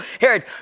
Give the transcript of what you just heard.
Herod